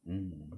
mm